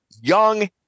Young